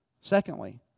Secondly